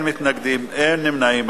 בעד, 21, אין מתנגדים ואין נמנעים.